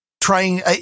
trying